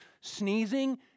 Sneezing